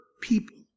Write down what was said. people